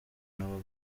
nabo